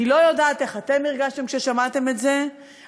אני לא יודעת איך אתם הרגשתם כששמעתם את זה,